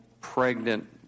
pregnant